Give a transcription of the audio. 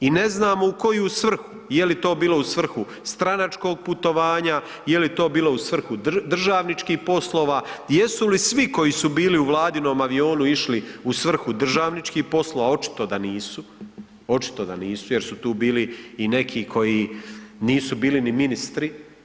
I ne znamo u koju svrhu, je li to bilo u svrhu stranačkog putovanja, je li to bilo u svrhu državničkih poslova, jesu li svi koji su bili u vladinom avionu išli u svrhu državničkih poslova, a očito da nisu, očito da nisu jer su tu bili i neki koji nisu bili ni ministri.